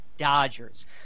Dodgers